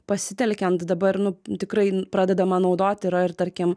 pasitelkiant dabar tikrai pradedama naudot yra ir tarkim